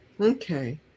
Okay